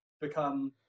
become